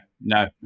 no